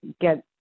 get